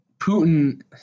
Putin